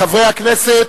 חברי הכנסת,